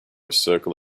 circle